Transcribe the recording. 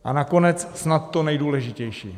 A nakonec snad to nejdůležitější.